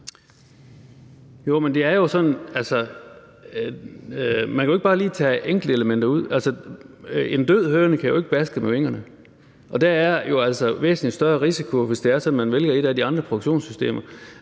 at man ikke bare lige kan tage enkeltelementer ud. Altså, en død høne kan jo ikke baske med vingerne, og der er altså væsentlig større risiko, hvis det er sådan, at man vælger et af de andre produktionssystemer.